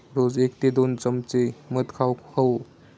रोज एक ते दोन चमचे मध खाउक हवो